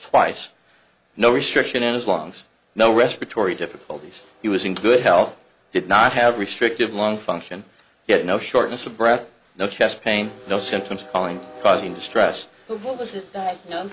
twice no restriction in his lungs no respiratory difficulties he was in good health did not have restrictive long function yet no shortness of breath no chest pain no symptoms calling causing distress